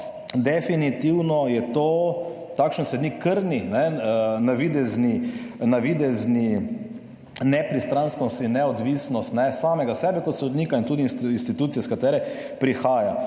Definitivno takšen sodnik krni navidezni nepristranskost in neodvisnost, samega sebe kot sodnika in tudi institucije, iz katere prihaja.